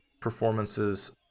performances